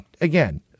again